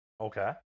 Okay